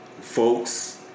folks